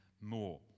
more